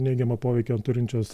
neigiamą poveikio turinčios